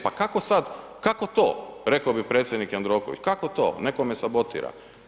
Pa kako sad, kako to, rekao bi predsjednik Jandroković, kako to, netko me sabotira.